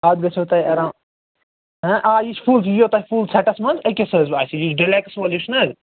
اَتھ گژھیو تۄہہِ ایرا آ یہِ چھُ فُل یہِ یِیو تۄہہِ فُل سیٹس منٛز أکِس حظ باسہِ یُس ڈِلٮ۪کٕس وول یہِ چھُنہٕ حظ